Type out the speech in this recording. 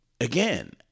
Again